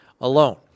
alone